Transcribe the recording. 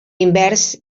invers